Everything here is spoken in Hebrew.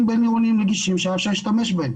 בין עירוניים נגישים שהיה אפשר להשתמש בהם.